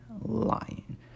lying